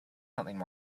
something